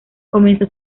comenzó